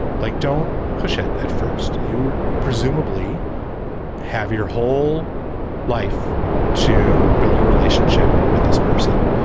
like don't push it at first, you presumably have your whole life to build a relationship with this person.